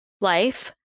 life